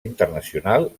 internacional